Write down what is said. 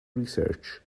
research